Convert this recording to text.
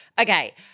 Okay